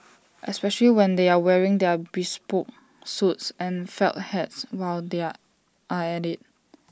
especially when they are wearing their bespoke suits and felt hats while they are at IT